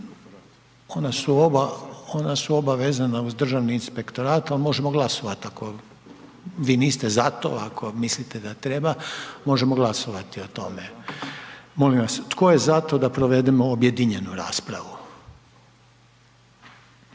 Ona su oba vezana uz Državni inspektorat, a možemo glasovat ako vi niste za to, ako mislite da treba, možemo glasovati o tome. Molim vas tko je za to da provedemo objedinjenu raspravu?